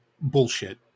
bullshit